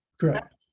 Correct